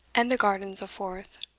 and the gardens a fourth.